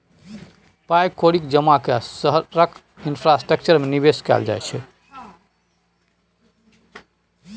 पाइ कौड़ीक जमा कए शहरक इंफ्रास्ट्रक्चर मे निबेश कयल जाइ छै